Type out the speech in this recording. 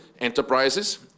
enterprises